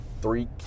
three